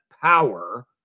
power